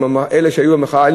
עם אלה שהיו במחאה,